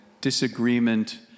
disagreement